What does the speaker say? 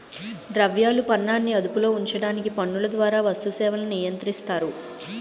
ద్రవ్యాలు పనాన్ని అదుపులో ఉంచడానికి పన్నుల ద్వారా వస్తు సేవలను నియంత్రిస్తాయి